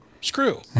screw